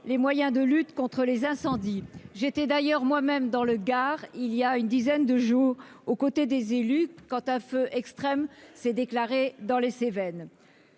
les moyens de lutte contre les incendies. J'étais moi-même dans le Gard voilà une dizaine de jours, aux côtés des élus, quand un feu extrême s'est déclaré dans les Cévennes.